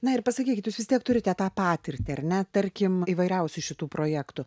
na ir pasakykit jūs vis tiek turite tą patirtį ar ne tarkim įvairiausių šitų projektų